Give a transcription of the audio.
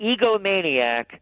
egomaniac